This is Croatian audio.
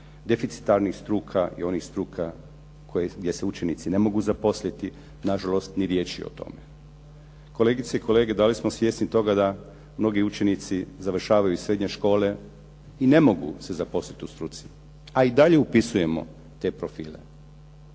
deficitarnih struka i onih struka gdje se učenici ne mogu zaposliti. Nažalost ni riječi o tome. Kolegice i kolege, da li smo svjesni toga da mnogi učenici završavaju srednje škole i ne mogu se zaposliti u struci, a i dalje upisujemo te profile.